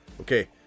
Okay